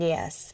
Yes